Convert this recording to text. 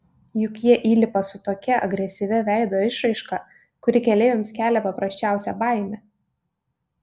juk jie įlipa su tokia agresyvia veido išraiška kuri keleiviams kelia paprasčiausią baimę